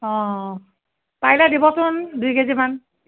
অ অ পাৰিলে দিৱচোন দুই কেজিমান